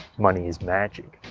money is magic.